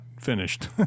finished